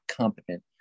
competent